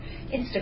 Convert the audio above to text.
Instagram